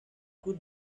good